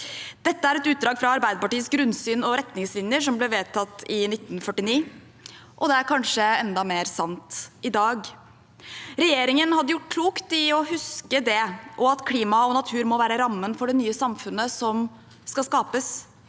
Dette er et utdrag fra Arbeiderpartiets grunnsyn og retningslinjer som ble vedtatt i 1949, og det er kanskje enda mer sant i dag. Regjeringen hadde gjort klokt i å huske det – og at klima og natur må være rammen for det nye samfunnet som skal skapes.